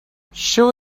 shall